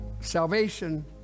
salvation